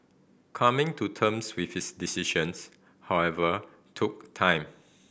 coming to terms with his decisions however took time